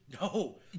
No